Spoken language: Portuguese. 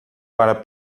para